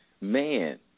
Man